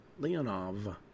Leonov